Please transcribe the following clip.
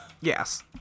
Yes